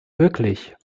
wirklich